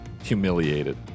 humiliated